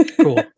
Cool